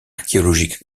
archéologiques